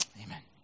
Amen